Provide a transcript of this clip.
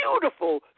beautiful